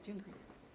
Dziękuję.